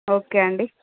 okay అండి